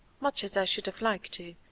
much as i should have liked to,